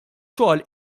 xogħol